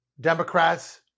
Democrats